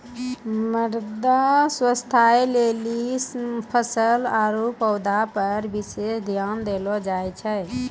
मृदा स्वास्थ्य लेली फसल आरु पौधा पर विशेष ध्यान देलो जाय छै